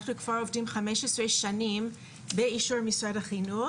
אנחנו עובדים 15 באישור משרד החינוך,